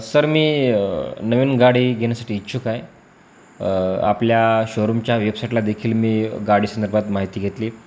sir मी नवीन गाडी घेण्यासाठी इच्छुक आहे आपल्या शोरूमच्या वेबसाईटला देखील मी गाडी संदर्भात माहिती घेतली